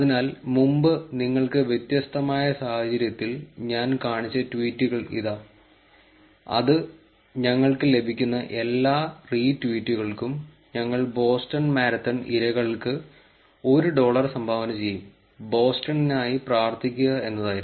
അതിനാൽ മുമ്പ് നിങ്ങൾക്ക് വ്യത്യസ്തമായ സാഹചര്യത്തിൽ ഞാൻ കാണിച്ച ട്വീറ്റുകൾ ഇതാ അത് ഞങ്ങൾക്ക് ലഭിക്കുന്ന എല്ലാ റീട്വീറ്റുകൾക്കും ഞങ്ങൾ ബോസ്റ്റൺ മാരത്തൺ ഇരകൾക്ക് 1 ഡോളർ സംഭാവന ചെയ്യും ബോസ്റ്റണിനായി പ്രാർത്ഥിക്കുക എന്നതായിരുന്നു